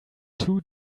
two